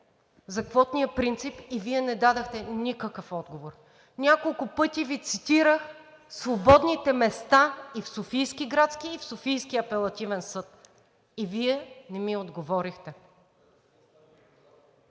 за квотния принцип и Вие не дадохте никакъв отговор, няколко пъти Ви цитирах свободните места и в Софийския градски, и в Софийския апелативен съд – и Вие не ми отговорихте.